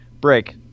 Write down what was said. break